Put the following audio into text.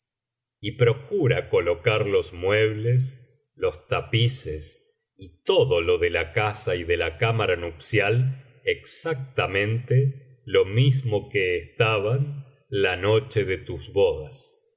y procura colocar los muebles los tapices y todo lo de la casa y de la cámara nupcial exactamente lo mismo que estaban la noche de tus bodas